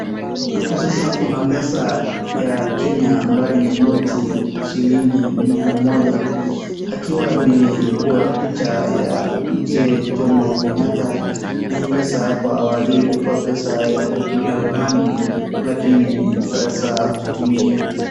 Hapo sasa kuna pesa ya Kenya ambayo ni noti shilingi mia moja, ikiwa imekwa picha ya mzee Jomo Kenyatta . Na hii pesa hapo awali ilikuwa pesa ya kutumia zamani lakini sasa hatutumi.